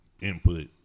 input